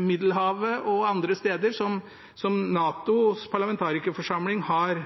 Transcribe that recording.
Middelhavet og andre steder som har observatørstatus i NATOs parlamentarikerforsamling,